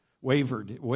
wavered